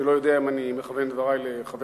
אני לא יודע אם אני מכוון דברי לחבר